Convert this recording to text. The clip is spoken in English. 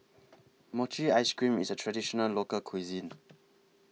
Mochi Ice Cream IS A Traditional Local Cuisine